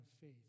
faith